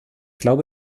glaube